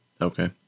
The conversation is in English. Okay